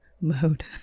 mode